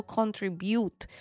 contribute